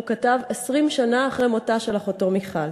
כתב 20 שנה אחרי מותה של אחותו מיכל.